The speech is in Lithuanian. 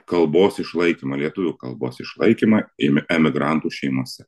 kalbos išlaikymo lietuvių kalbos išlaikymą imi emigrantų šeimose